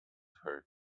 her